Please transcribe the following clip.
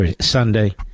Sunday